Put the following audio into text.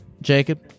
Jacob